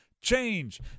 Change